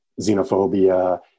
xenophobia